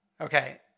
Okay